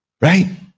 Right